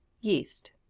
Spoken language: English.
Yeast